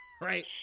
Right